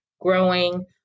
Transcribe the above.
growing